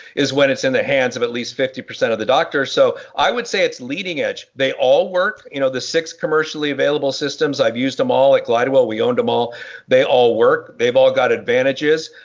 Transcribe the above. is when it's in the hands of at least fifty percent of the doctor so i would say it's leading-edge they all work you know the six commercially available systems i've used them all at glidewell we owned them all they all work, they've all got advantages.